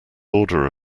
order